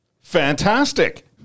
Fantastic